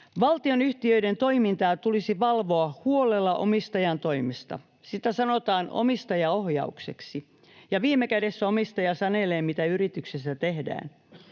Valtionyhtiöiden toimintaa tulisi valvoa huolella omistajan toimesta — sitä sanotaan omistajaohjaukseksi — ja viime kädessä omistaja sanelee, mitä yrityksissä tehdään.